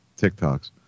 TikToks